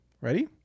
Ready